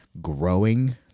growing